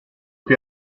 cui